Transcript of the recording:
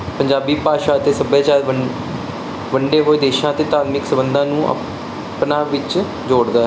ਪੰਜਾਬੀ ਭਾਸ਼ਾ ਤੇ ਸੱਭਿਆਚਾਰ ਵੰਡੇ ਹੋਏ ਦੇਸ਼ਾਂ ਤੇ ਧਾਰਮਿਕ ਸੰਬੰਧਾਂ ਨੂੰ ਆਪਣਾ ਵਿੱਚ ਜੋੜਦਾ ਹੈ